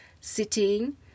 sitting